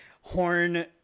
horn